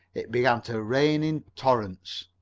it began to rain in torrents.